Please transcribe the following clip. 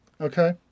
Okay